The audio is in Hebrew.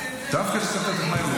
אגיד משהו עד שיבוא טכנאי.